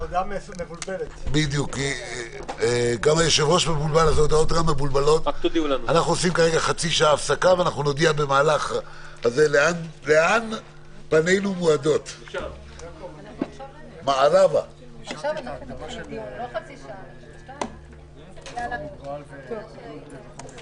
הישיבה ננעלה בשעה 14:04.